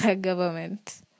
Government